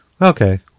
Okay